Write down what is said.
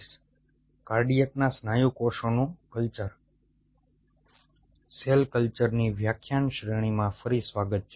cell કલ્ચરની વ્યાખ્યાન શ્રેણીમાં ફરી સ્વાગત છે